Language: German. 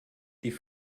die